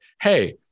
hey